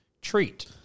treat